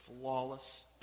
flawless